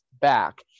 back